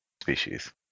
species